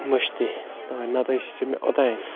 مٔشتٕے تَوَے نَتہٕ ٲسی ژےٚ مےٚ اوٚتام